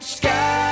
sky